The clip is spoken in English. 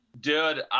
Dude